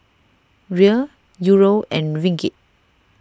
Riel Euro and Ringgit